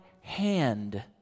hand